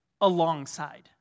alongside